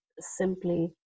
simply